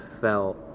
felt